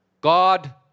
God